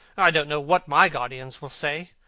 i don't know what my guardians will say.